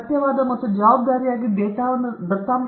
ಸತ್ಯವಾದ ಮತ್ತು ಜವಾಬ್ದಾರಿ ಡೇಟಾ ನಿರ್ವಹಣೆ